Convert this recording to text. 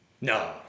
No